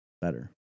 better